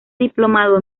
diplomado